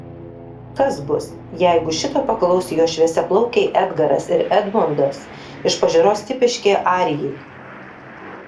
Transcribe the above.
kas bus jeigu šito paklaus jo šviesiaplaukiai edgaras ir edmondas iš pažiūros tipiški arijai